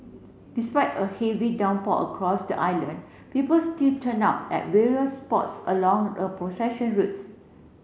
despite a heavy downpour across the island people still turned up at various spots along the procession routes